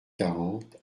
quarante